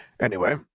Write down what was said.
Anyway